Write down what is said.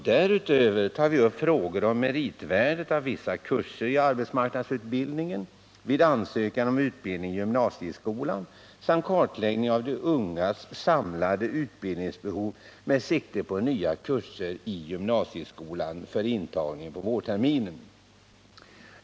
Därutöver tar vi upp frågor om meritvärdet av vissa kurser i arbetsmarknadsutbildningen vid ansökan om utbildning i gymnasieskolan samt om kartläggning av de ungas samlade utbildningsbehov med sikte på nya kurser i gymnasieskolan för intagning på vårterminen.